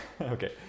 Okay